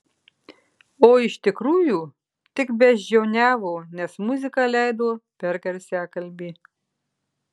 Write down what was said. o iš tikrųjų tik beždžioniavo nes muziką leido per garsiakalbį